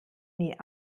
nie